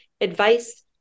advice